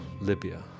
Libya